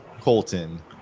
Colton